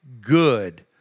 good